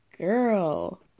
Girl